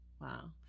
wow